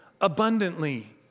abundantly